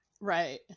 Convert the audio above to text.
Right